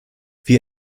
wir